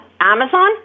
Amazon